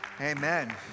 Amen